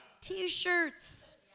T-shirts